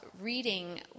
reading